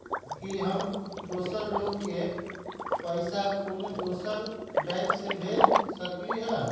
कि हम दोसर लोग के पइसा कोनो दोसर बैंक से भेज सकली ह?